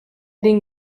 den